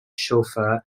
chauffeur